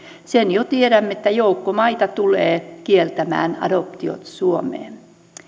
sen jo tiedämme että joukko maita tulee kieltämään adoptiot suomeen